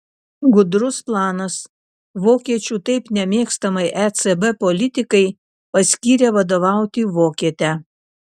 gudrus planas vokiečių taip nemėgstamai ecb politikai paskyrė vadovauti vokietę